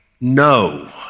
no